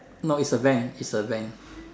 no is a van is a van